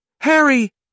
Harry